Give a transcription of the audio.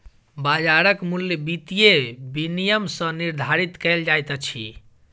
बाजारक मूल्य वित्तीय विनियम सॅ निर्धारित कयल जाइत अछि